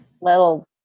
little